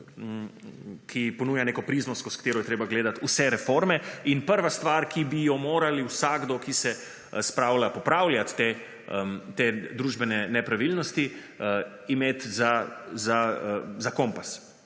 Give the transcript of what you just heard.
ki ponuja neka prizmo, skozi katero je treba gledati vse reforme. In prva stvar, ki bi jo morali vsakdo, ki se spravlja popravljati te družbene nepravilnosti, imeti za kompas,